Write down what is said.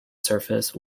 surface